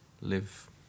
live